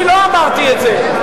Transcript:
אני לא אמרתי את זה.